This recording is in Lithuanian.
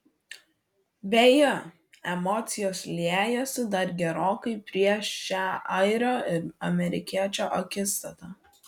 beje emocijos liejosi dar gerokai prieš šią airio ir amerikiečio akistatą